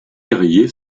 carrier